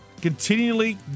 continually